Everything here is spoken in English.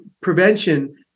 prevention